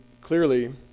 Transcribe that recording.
clearly